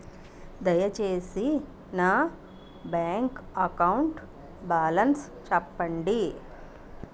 దయచేసి నా bank account balance చెప్పండి